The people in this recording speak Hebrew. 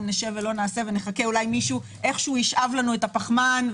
נשב ולא נעשה ונחכה שאולי מישהו איכשהו ישאב לנו את הפחמן,